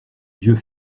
vieux